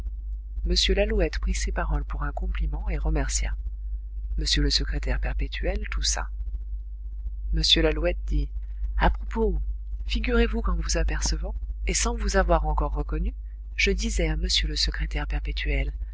m lalouette prit ces paroles pour un compliment et remercia m le secrétaire perpétuel toussa m lalouette dit a propos figurez-vous qu'en vous apercevant et sans vous avoir encore reconnu je disais à m le secrétaire perpétuel